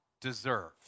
deserve